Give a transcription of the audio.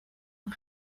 een